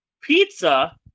pizza